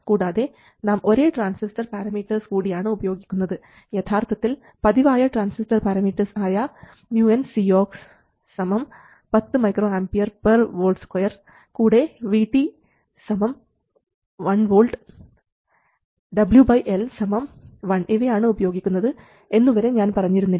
കൂടാതെ നാം ഒരേ ട്രാൻസിസ്റ്റർ പാരാമീറ്റർസ് കൂടിയാണ് ഉപയോഗിക്കുന്നത് യഥാർത്ഥത്തിൽ പതിവായ ട്രാൻസിസ്റ്റർ പാരാമീറ്റർസ് ആയ µncox 10 µAV2 കൂടെ VT 1V WL 1 ഇവയാണ് ഉപയോഗിക്കുന്നത് എന്നുവരെ ഞാൻ പറഞ്ഞിരുന്നില്ല